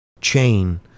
chain